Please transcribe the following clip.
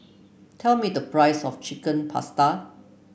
tell me the price of Chicken Pasta